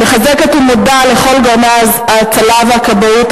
אני מחזקת ומודה לכל גורמי ההצלה והכבאות,